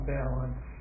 balance